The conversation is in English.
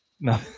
No